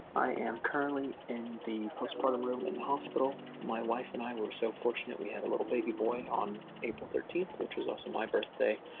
i am currently in the postpartum room in the hospital. my wife and i were so fortunate. we had a little baby boy on april thirteen, which was also my birthday.